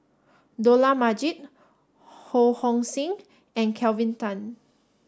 Dollah Majid Ho Hong Sing and Kelvin Tan